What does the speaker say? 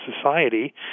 society